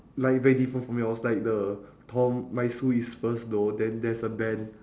like very different from yours like the tom my sue is first though then there's a ben